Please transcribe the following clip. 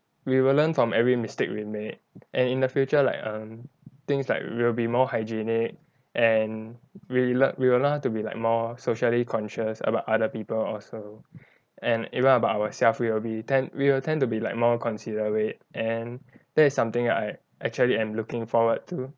we will learn from every mistake we made and in the future like um things like will be more hygienic and we lea~ we'll learn to be like more socially conscious about other people also and even about our self we will be ten~ we will tend to be like more considerate and that is something I actually am looking forward to